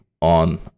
on